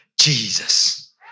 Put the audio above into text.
Jesus